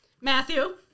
Matthew